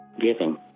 giving